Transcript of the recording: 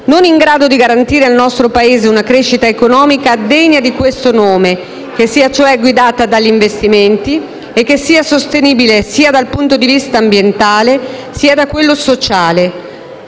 non in grado di garantire al nostro Paese una crescita economica degna di questo nome, che sia, cioè, guidata dagli investimenti e che sia sostenibile dal punto di vista ambientale e sociale.